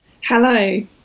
Hello